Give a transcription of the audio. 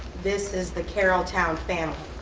this is the carole towne family.